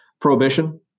prohibition